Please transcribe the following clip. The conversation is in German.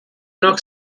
noch